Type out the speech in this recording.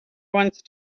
once